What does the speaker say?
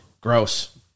Gross